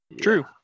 True